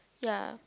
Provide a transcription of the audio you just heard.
ya